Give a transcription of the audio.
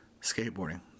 skateboarding